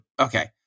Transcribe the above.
Okay